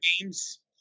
games